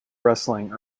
wrestling